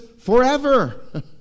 forever